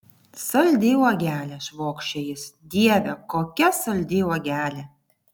saldi uogelė švokščia jis dieve kokia saldi uogelė